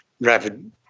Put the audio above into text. rapid